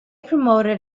promoted